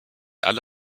alle